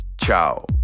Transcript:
ciao